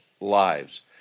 lives